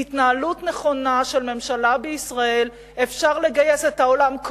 בהתנהלות נכונה של ממשלה בישראל אפשר לגייס את העולם,